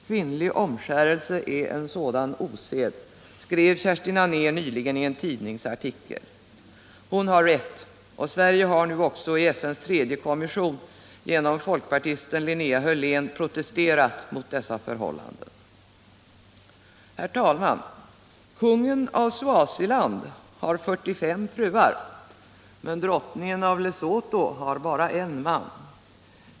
Kvinnlig omskärelse är en sådan osed”, skrev Kerstin Anér nyligen i en tidningsartikel. Hon har rätt, och Sverige har nu också i FN:s tredje kommission genom folkpartisten Linnea Hörlén protesterat mot dessa förhållanden. Herr talman! Kungen av Swaziland har 45 fruar, men drottningen av Lesotho har bara en man.